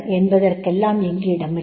என்பதற்கெல்லாம் இங்கு இடமில்லை